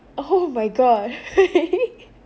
oh my god